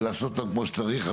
ולעשות אותם כמו שצריך.